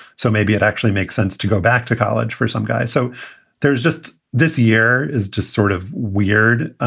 so maybe it actually makes sense to go back to college for some guy. so there's just this year is just sort of weird